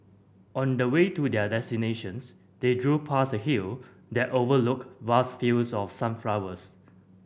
on the way to their destinations they drove past a hill that overlooked vast fields of sunflowers